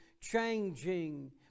changing